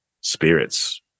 spirits